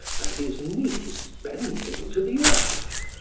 and his knees bending to the earth,